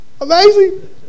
amazing